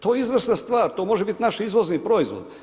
To je izvrsna stvar, to može biti naš izvozni proizvod.